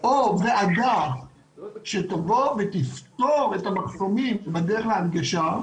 או ועדה שתבוא ותפתור את המחסומים בדרך להנגשה,